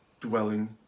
dwelling